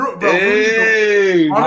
Hey